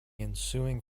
ensuing